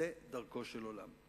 זו דרכו של עולם.